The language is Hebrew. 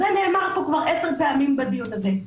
זה נאמר פה כבר עשר פעמים בדיון הזה.